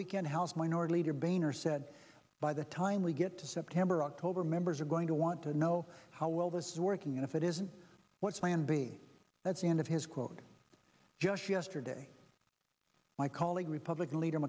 weekend house minority leader boehner said by the time we get to september october members are going to want to know how well this is working and if it isn't what's plan b that's the end of his quote just yesterday my colleague republican leader